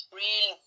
real